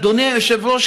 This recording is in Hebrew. אדוני היושב-ראש,